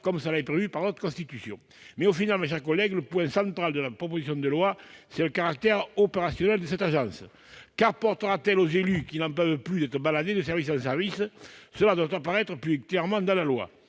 comme le prévoit la Constitution. En définitive, le point central de la proposition de loi, c'est le caractère opérationnel de l'ANCT. Qu'apportera-t-elle aux élus qui n'en peuvent plus d'être baladés de service en service ? Cela doit apparaître plus clairement dans la loi.